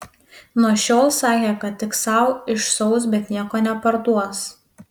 nuo šiol sakė kad tik sau išsiaus bet nieko neparduos